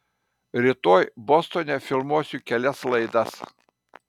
rytoj bostone filmuosiu kelias laidas